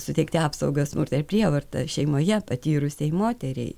suteikti apsaugą smurtą ir prievartą šeimoje patyrusiai moteriai